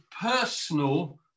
personal